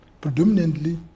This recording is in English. predominantly